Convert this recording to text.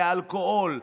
לאלכוהול,